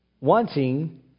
wanting